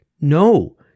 no